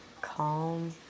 calm